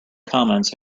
comments